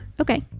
Okay